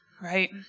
right